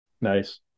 Nice